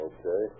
Okay